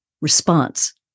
response